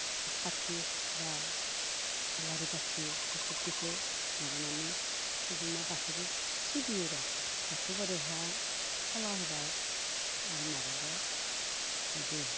धुप खाथि बा आलारि बाथि बेफोरबायदिखौ माबानानै फोजोंना बाथौ सिबियोरा बाथौ बोरायावहा खला होबाय आरो माबाबाय बिदि